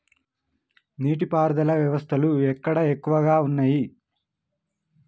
నీటి పారుదల వ్యవస్థలు ఎక్కడ ఎక్కువగా ఉన్నాయి?